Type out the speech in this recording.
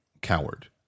coward